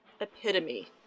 Epitome